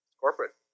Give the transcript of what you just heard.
Corporate